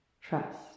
trust